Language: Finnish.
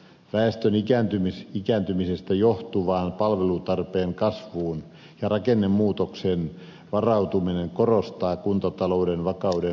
väestön ikääntymisestä johtuvaan palvelutarpeen kasvuun ja rakennemuutokseen varautuminen korostaa kuntatalouden vakauden merkitystä